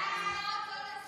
ההצעה להעביר את